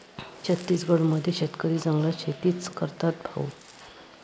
छत्तीसगड मध्ये शेतकरी जंगलात शेतीच करतात भाऊ